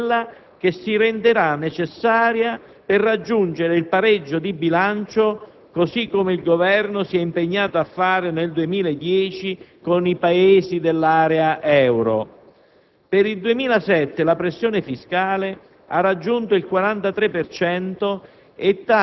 Questo significa anche un aumento della pressione fiscale, per l'aggiunta di quella che si renderà necessaria per raggiungere il pareggio di bilancio, così come il Governo si è impegnato a fare nel 2010 con i Paesi dell'area euro.